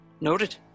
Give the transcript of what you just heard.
Noted